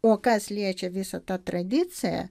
o kas liečia visą tą tradiciją